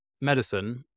medicine